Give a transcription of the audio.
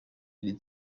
iri